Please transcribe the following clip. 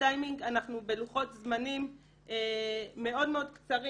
אנחנו בלוחות זמנים מאוד קצרים.